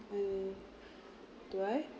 I do I